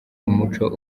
umuco